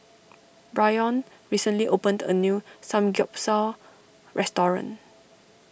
Brion recently opened a new Samgyeopsal restaurant